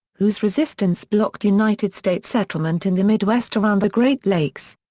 whose resistance blocked united states settlement in the midwest around the great lakes.